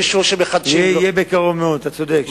יהיה בקרוב מאוד, אתה צודק.